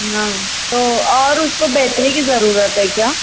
ہاں تو اور اُس کو بہتری کی ضرورت ہے کیا